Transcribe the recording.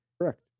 Correct